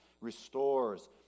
Restores